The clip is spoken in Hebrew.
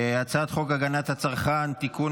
הצעת חוק הגנת הצרכן (תיקון,